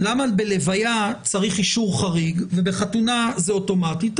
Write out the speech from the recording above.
למה בהלוויה צריך אישור חריג ובחתונה זה אוטומטית?